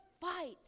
fight